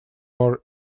more